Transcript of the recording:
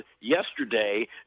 yesterday